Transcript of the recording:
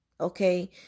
Okay